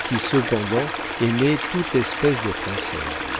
qui cependant aimaient toute espèce de françaises